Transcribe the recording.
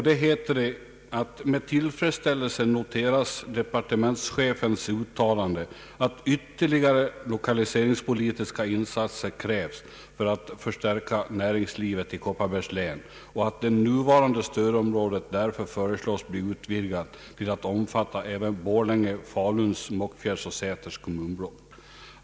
Där heter det: ”Med tillfredsställelse noteras departementschefens uttalande att ytterligare lokaliseringspolitiska in satser krävs för att förstärka näringslivet i Kopparbergs län och att det nuvarande stödområdet därför föreslås bli utvidgat till att omfatta även Borlänge, Faluns, Mockfjärds och Säters kommunblock.